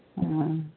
ᱦᱮᱸᱻ